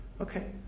okay